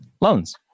Loans